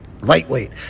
Lightweight